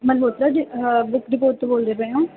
Malhotra ji book depot ਤੋਂ ਬੋਲਦੇ ਪਏ ਹੋ